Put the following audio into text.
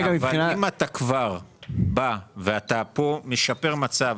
אם אתה כבר בא ומשפר מצב,